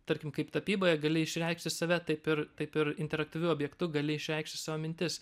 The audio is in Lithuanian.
tarkim kaip tapyboje gali išreikšti save taip ir taip ir interaktyviu objektu gali išreikšti savo mintis